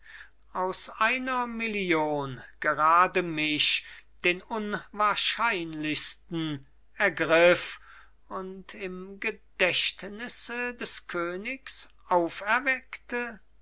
aus einer million gerade mich den unwahrscheinlichsten ergriff und im gedächtnisse des königs auferweckte